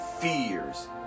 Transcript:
fears